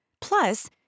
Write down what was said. Plus